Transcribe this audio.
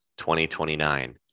2029